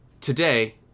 today